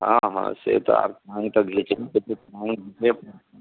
हँ हँ से तऽ स्थान तऽ घिचबे करतै स्थान घिचबे करतै